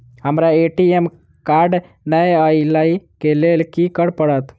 हमरा ATM card नै अई लई केँ लेल की करऽ पड़त?